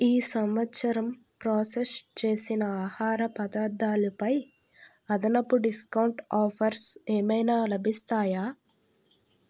ఈ సంవత్సరం ప్రోసెస్ చేసిన ఆహార పదార్ధాలుపై అదనపు డిస్కౌంట్ ఆఫర్స్ ఏమైనా లభిస్తాయా